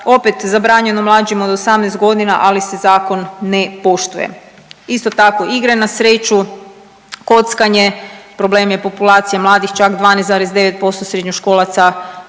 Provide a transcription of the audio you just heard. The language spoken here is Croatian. opet zabranjeno mlađima od 18.g., ali se zakon ne poštuje. Isto tako igre na sreću, kockanje, problem je populacije mladih, čak 12,9% srednjoškolaca